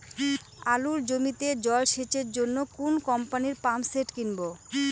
আলুর জমিতে জল সেচের জন্য কোন কোম্পানির পাম্পসেট কিনব?